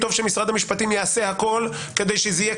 טוב שמשרד המשפטים יעשה הכול כדי שיאושר